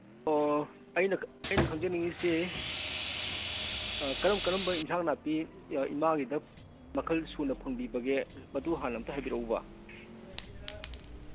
ꯑꯣ ꯑꯩꯅ ꯑꯩꯅ ꯈꯪꯖꯅꯤꯡꯉꯤꯁꯤ ꯀꯔꯝ ꯀꯔꯝꯕ ꯏꯟꯖꯥꯡ ꯅꯥꯄꯤ ꯏꯃꯥꯒꯤꯗ ꯃꯈꯜ ꯁꯨꯅ ꯐꯪꯕꯤꯕꯒꯦ ꯃꯗꯨ ꯍꯥꯟꯅ ꯑꯝꯇ ꯍꯥꯏꯕꯤꯔꯛꯎꯕ